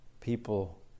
people